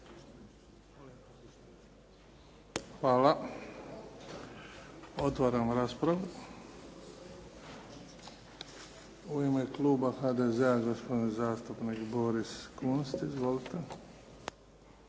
Hvala. Otvaram raspravu. U ime kluba HDZ-a gospodin zastupnik Boris Kunst. Izvolite.